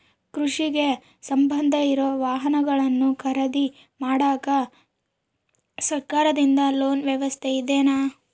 ಕೃಷಿಗೆ ಸಂಬಂಧ ಇರೊ ವಾಹನಗಳನ್ನು ಖರೇದಿ ಮಾಡಾಕ ಸರಕಾರದಿಂದ ಲೋನ್ ವ್ಯವಸ್ಥೆ ಇದೆನಾ?